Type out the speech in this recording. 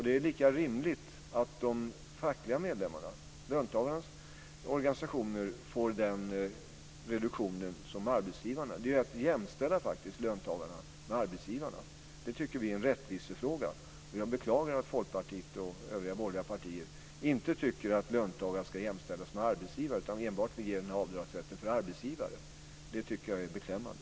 Det är lika rimligt att de fackliga medlemmarnas, löntagarnas, organisationer får samma reduktion som arbetsgivarna. Det är att jämställa löntagarna med arbetsgivarna. Vi tycker att det är en rättvisefråga. Jag beklagar att Folkpartiet och övriga borgerliga partier inte tycker att löntagare ska jämställas med arbetsgivare utan att de vill ge avdragsrätten enbart till arbetsgivare. Jag tycker att det är beklämmande.